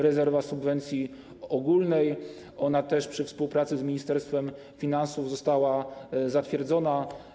Rezerwa subwencji ogólnej - ona też przy współpracy z Ministerstwem Finansów została zatwierdzona.